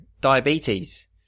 diabetes